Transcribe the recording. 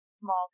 small